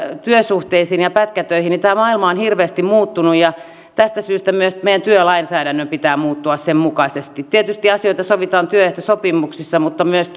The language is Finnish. työsuhteisiin ja pätkätöihin niin tämä maailma on hirveästi muuttunut ja tästä syystä myös meidän työlainsäädännön pitää muuttua sen mukaisesti tietysti asioista sovitaan työehtosopimuksissa mutta myös